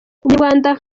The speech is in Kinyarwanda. umunyarwanda